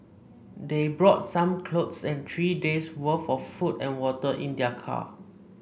they brought some clothes and three days' worth of food and water in their car